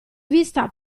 vista